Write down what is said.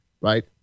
right